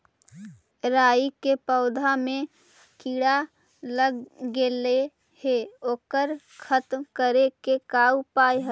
राई के पौधा में किड़ा लग गेले हे ओकर खत्म करे के का उपाय है?